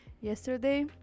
yesterday